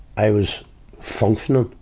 i was functioning,